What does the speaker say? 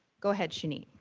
go ahead shanine.